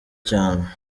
cyane